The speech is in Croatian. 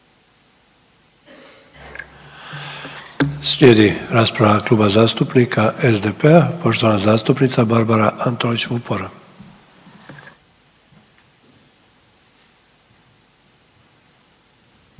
Slijedi rasprava Kluba zastupnika SDP-a, poštovana zastupnica Barbara Antolić Vupora.